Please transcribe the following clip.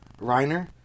Reiner